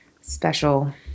special